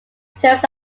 terms